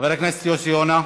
חבר הכנסת יוסי יונה.